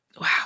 Wow